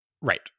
Right